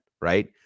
right